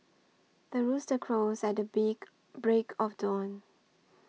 the rooster crows at the beak break of dawn